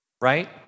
right